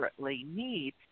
need